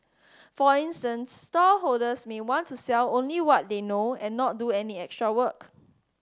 for instance stallholders may want to sell only what they know and not do any extra work